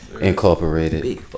Incorporated